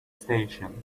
station